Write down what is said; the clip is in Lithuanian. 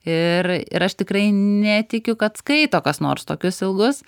ir ir aš tikrai netikiu kad skaito kas nors tokius ilgus